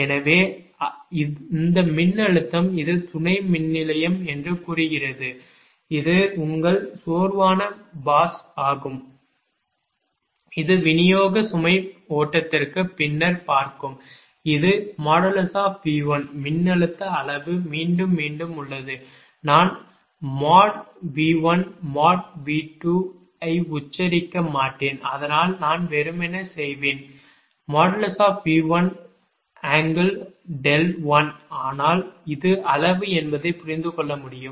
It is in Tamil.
எனவே இந்த மின்னழுத்தம் இது துணை மின்நிலையம் என்று கூறுகிறது இது உங்கள் சோர்வான பாஸ் ஆகும் இது விநியோக சுமை ஓட்டத்திற்கு பின்னர் பார்க்கும் இது | V1 | மின்னழுத்த அளவு மீண்டும் மீண்டும் உள்ளது நான் மோட் V1 மோட் V2 ஐ உச்சரிக்க மாட்டேன் அதனால் நான் வெறுமனே செய்வேன்|V1|∠1 ஆனால் இது அளவு என்பதை புரிந்து கொள்ள முடியும்